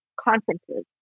conferences